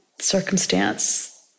circumstance